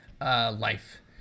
life